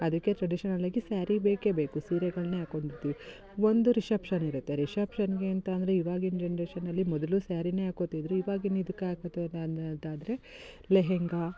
ಅದಕ್ಕೆ ಟ್ರೆಡಿಷನಲ್ ಆಗಿ ಸ್ಯಾರಿ ಬೇಕೇ ಬೇಕು ಸೀರೆಗಳನ್ನೇ ಹಾಕ್ಕೊಂಡಿರ್ತೀವಿ ಒಂದು ರಿಶೆಪ್ಷನ್ ಇರುತ್ತೆ ರಿಶೆಪ್ಷನ್ನಿಗೆ ಅಂತ ಅಂದರೆ ಇವಾಗಿನ ಜನರೇಷನ್ನಲ್ಲಿ ಮೊದಲು ಸ್ಯಾರಿಯೇ ಹಾಕ್ಕೊತಿದ್ದರು ಇವಾಗಿನ ಇದಕ್ಕೆ ಹಾಕೋದು ಅನ್ನೋದಾದರೆ ಲೆಹೆಂಗ